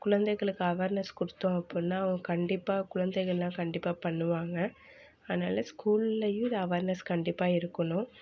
குழந்தைகளுக்கு அவேர்னஸ் கொடுத்தோம் அப்படினா அவங்க கண்டிப்பாக குழந்தைகள்லாம் கண்டிப்பாக பண்ணுவாங்க அதனால ஸ்கூலேயும் இது அவேர்னஸ் கண்டிப்பாக இருக்கணும்